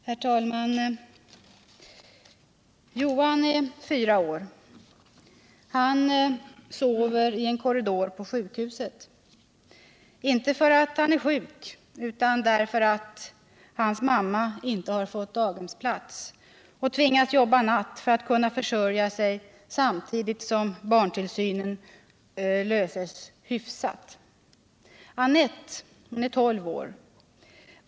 Herr talman! Johan är fyra år. Han sover i en korridor på sjukhuset. Inte därför att han är sjuk, utan därför att hans mamma inte fått daghemsplats och tvingas jobba natt för att försörja sig samtidigt som barntillsynen löses ”hyfsat”. Anette är tolv år.